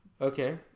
Okay